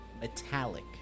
metallic